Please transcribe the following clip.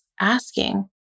asking